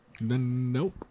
nope